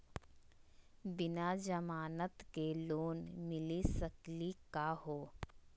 बिना जमानत के लोन मिली सकली का हो?